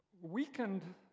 Weakened